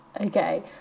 okay